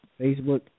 Facebook